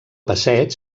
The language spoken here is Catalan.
passeig